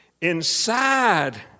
Inside